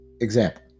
example